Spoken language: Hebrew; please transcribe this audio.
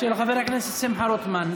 של חבר הכנסת שמחה רוטמן.